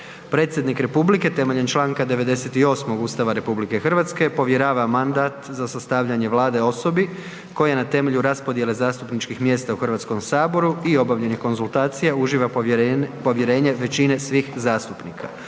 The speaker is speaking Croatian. Predsjednik republike temeljem čl. 98. Ustava RH povjerava mandat za sastavljanje Vlade osobi koja je temelju raspodjele zastupničkih mjesta u HS-u i obavljanje konzultacija uživa povjerenje većine svih zastupnika.